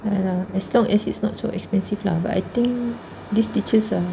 baik lah as long as it's not so expensive lah but I think this teachers are